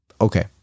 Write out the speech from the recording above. Okay